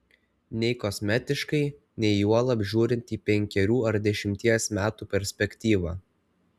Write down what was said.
nei kosmetiškai nei juolab žiūrint į penkerių ar dešimties metų perspektyvą